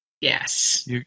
Yes